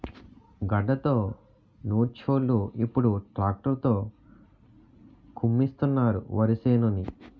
గడ్డతో నూర్చోలు ఇప్పుడు ట్రాక్టర్ తో కుమ్మిస్తున్నారు వరిసేనుని